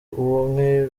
uwa